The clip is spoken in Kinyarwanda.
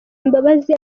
imbabazi